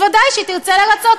ודאי שהיא תרצה לרצות.